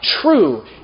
true